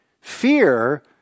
Fear